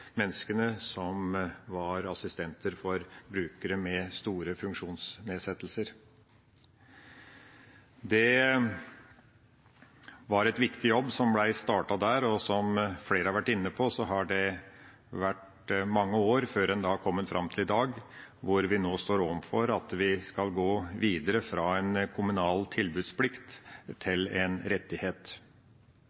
menneskene som var assistenter for brukere med store funksjonsnedsettelser. Det var en viktig jobb som ble startet der. Som flere har vært inne på, har det gått mange år før en har kommet fram til i dag, hvor vi skal gå videre fra en kommunal tilbudsplikt